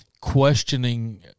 questioning